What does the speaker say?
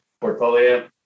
portfolio